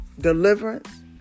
deliverance